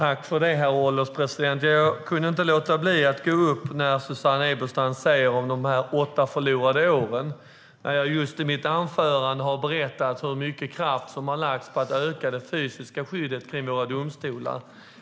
Herr ålderspresident! Jag kunde inte låta bli att begära replik när Susanne Eberstein talar om de åtta förlorade åren. Jag hade ju just i mitt anförande berättat hur mycket kraft som har lagts på att öka det fysiska skyddet vid våra domstolar.